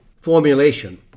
formulation